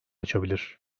açabilir